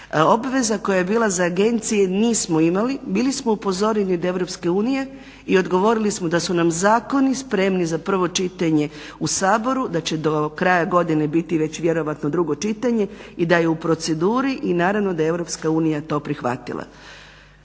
Obveza koja je bila za agencije nismo imali, bili smo upozoreni od Europske unije i odgovorili smo da su nam zakoni spremni za prvo čitanje u Saboru, da će do kraja godine biti već vjerojatno drugo čitanje i da je u proceduri i naravno da je Europska unija